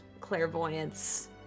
clairvoyance